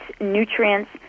nutrients